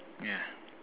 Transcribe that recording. yeah